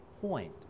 point